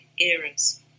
eras